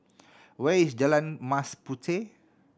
where is Jalan Mas Puteh